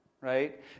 right